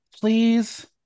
please